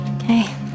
Okay